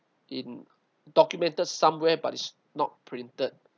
in documented somewhere but it's not printed